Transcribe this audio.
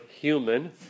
human